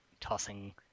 tossing